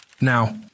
Now